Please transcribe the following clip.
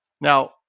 Now